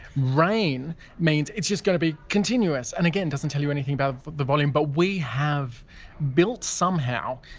rain means it's just going to be continuous, and again doesn't tell you anything about the volume but we have built, somehow,